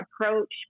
approach